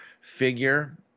figure